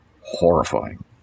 horrifying